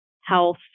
health